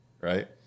right